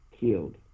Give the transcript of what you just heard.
Killed